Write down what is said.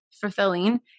fulfilling